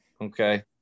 okay